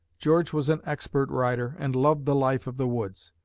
george was an expert rider and loved the life of the woods.